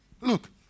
Look